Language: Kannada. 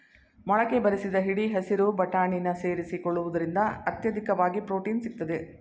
ಮೊಳಕೆ ಬರಿಸಿದ ಹಿಡಿ ಹಸಿರು ಬಟಾಣಿನ ಸೇರಿಸಿಕೊಳ್ಳುವುದ್ರಿಂದ ಅತ್ಯಧಿಕವಾಗಿ ಪ್ರೊಟೀನ್ ಸಿಗ್ತದೆ